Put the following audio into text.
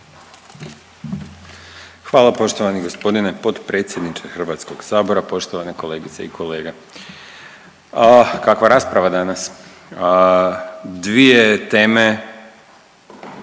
Hvala poštovani gospodine potpredsjedniče Hrvatskog sabora, poštovane kolegice i kolege. Kakva rasprava danas! Dvije teme